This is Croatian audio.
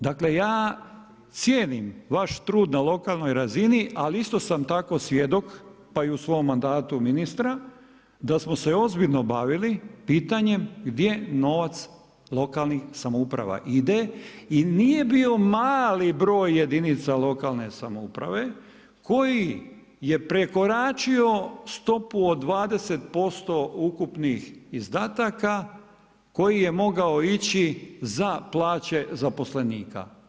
Dakle, ja cijenim vaš trud na lokalnoj razini, ali isto sam tako svjedok, pa i u svom mandatu ministra, da smo se ozbiljno bavili pitanjem gdje novac lokalnih samouprava ide i nije bio mali broj jedinica lokalne samouprave, koji je prekoračio stopu od 20% ukupnih izdataka, koji je mogao ići za plaće zaposlenika.